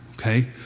Okay